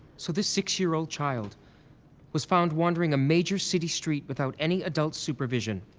so this six year old child was found wandering a major city street without any adult supervision.